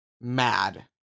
mad